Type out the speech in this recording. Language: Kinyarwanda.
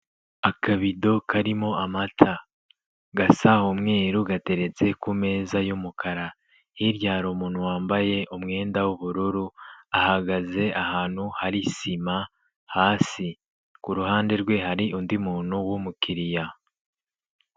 Akabido karimo amata gasa umweru, gateretse ku meza y'umukara, hirya hari umuntu wambaye umwenda w'ubururu, ahagaze ahantu hari sima hasi, ku ruhande rwe hari undi muntu w'umukiriya.